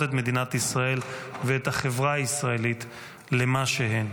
את מדינת ישראל ואת החברה הישראלית למה שהן.